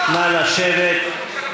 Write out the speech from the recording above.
נא לשבת.